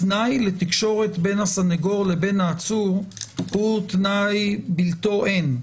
התנאי לתקשורת בין הסנגור לעצור הוא תנאי בלתו אין.